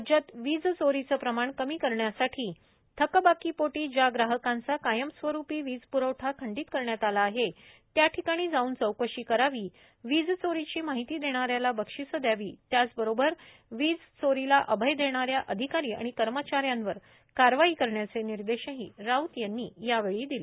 राज्यात वीज चोरीचं प्रमाण कमी करण्यासाठी थकबाकीपोटी ज्या ग्राहकांचा कायमस्वरूपी वीज प्रवठा खंडित करण्यात आला आहे त्याठिकाणी जाऊन चौकशी करावी वीज चोरीची माहिती देणाऱ्याला बक्षिसे द्यावीत त्याचबरोबर वीजचोरीला अभय देणाऱ्या अधिकारी आणि कर्मचाऱ्यांवर कारवाई करण्याचे निर्देशही राऊत यांनी यावेळी दिले